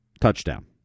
Touchdown